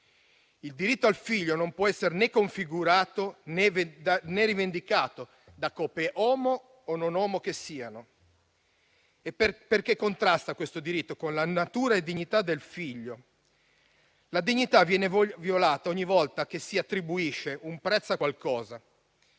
Il diritto al figlio non può essere né configurato, né rivendicato dalle coppie che siano omosessuali o meno, perché contrasta con la natura e la dignità del figlio. La dignità viene violata ogni volta che si attribuisce un prezzo a qualcosa.